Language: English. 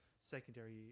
secondary